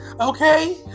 Okay